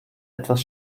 etwas